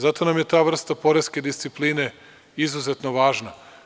Zato nam je ta vrsta poreske discipline izuzetno važna.